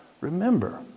remember